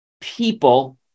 people